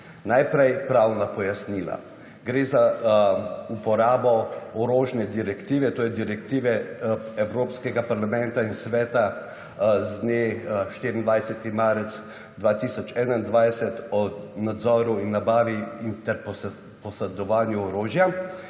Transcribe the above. Najprej pravna pojasnila. Gre za uporabo orožne direktive, to je Direktive Evropskega parlamenta in Sveta z dne 24. marec 2021 o nadzoru in nabavi ter posedovanju orožja,